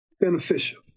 beneficial